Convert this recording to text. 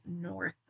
north